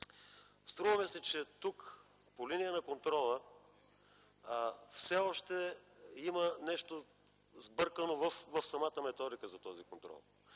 струва ми се, че тук по линия на контрола все още има нещо сбъркано в самата методика за този контрол.